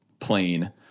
plane